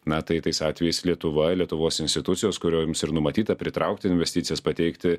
na tai tais atvejais lietuva lietuvos institucijos kurioms ir numatyta pritraukti investicijas pateikti